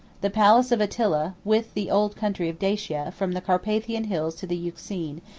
the palace of attila, with the old country of dacia, from the carpathian hills to the euxine,